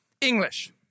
English